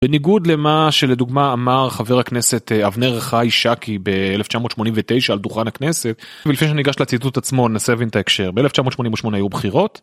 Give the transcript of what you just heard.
בניגוד למה שלדוגמא אמר חבר הכנסת אבנר חי שאקי ב-1989 על דוכן הכנסת, ולפני שניגש לציטוט עצמו ננסה להבין את ההקשר, ב-1988 היו בחירות.